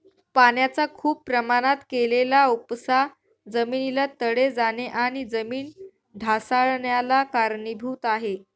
पाण्याचा खूप प्रमाणात केलेला उपसा जमिनीला तडे जाणे आणि जमीन ढासाळन्याला कारणीभूत आहे